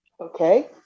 Okay